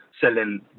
selling